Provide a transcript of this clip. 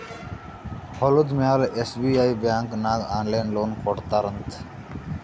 ಹೊಲುದ ಮ್ಯಾಲ SBI bank ನಾಗ್ ಆನ್ಲೈನ್ ಲೋನ್ ಕೊಡ್ತಾರ್ ಅಂತ್